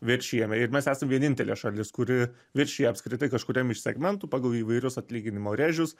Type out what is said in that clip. viršijame ir mes esam vienintelė šalis kuri viršija apskritai kažkuriam iš segmentų pagal įvairius atlyginimo rėžius